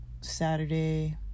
Saturday